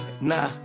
Nah